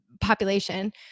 population